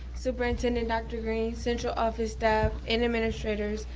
superintendent dr. green, central office staff, and administrators,